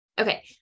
Okay